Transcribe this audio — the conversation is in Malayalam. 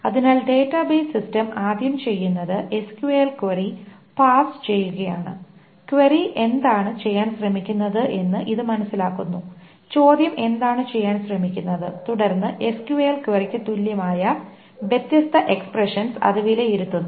അതിനാൽ ഡാറ്റാബേസ് സിസ്റ്റം ആദ്യം ചെയ്യുന്നത് SQL ക്വയറി പാഴ്സ് ചെയ്യുകയാണ് ക്വയറി എന്താണ് ചെയ്യാൻ ശ്രമിക്കുന്നതെന്ന് ഇത് മനസ്സിലാക്കുന്നു ചോദ്യം എന്താണ് ചെയ്യാൻ ശ്രമിക്കുന്നത് തുടർന്ന് SQL ക്വയറിക്ക് തുല്യമായ വ്യത്യസ്ത എക്സ്പ്രെഷൻസ് അത് വിലയിരുത്തുന്നു